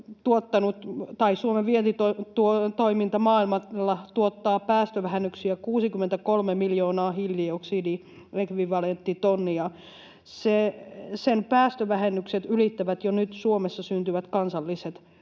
Suomen vientitoiminta maailmalla tuottaa, päästövähennyksiä 63 miljoonaa hiilidioksidiekvivalenttitonnia. Sen päästövähennykset ylittävät jo nyt Suomessa syntyvät kansalliset